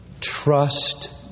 Trust